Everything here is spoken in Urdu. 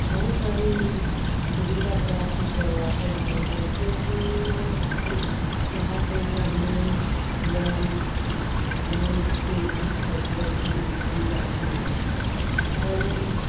بہت ساری سویدھا پراپت کرواتے ہیں جیسے کہ یہاں پہ ہمیں لون لون کی فیسلیٹی دی دی جاتی ہے اور